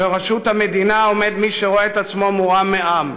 ובראש המדינה עומד מי שרואה את עצמו מורם מעם.